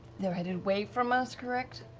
they're headed away from us, correct?